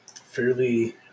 fairly